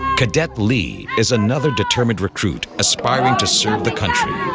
cadet lei is another determined recruit aspiring to serve the country